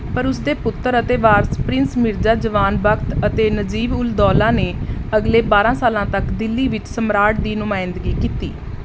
ਪਰ ਉਸ ਦੇ ਪੁੱਤਰ ਅਤੇ ਵਾਰਸ ਪ੍ਰਿੰਸ ਮਿਰਜ਼ਾ ਜਵਾਨ ਬਖਤ ਅਤੇ ਨਜੀਬ ਉਲ ਦੌਲਾ ਨੇ ਅਗਲੇ ਬਾਰ੍ਹਾਂ ਸਾਲਾਂ ਤੱਕ ਦਿੱਲੀ ਵਿੱਚ ਸਮਰਾਟ ਦੀ ਨੁਮਾਇੰਦਗੀ ਕੀਤੀ